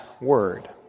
word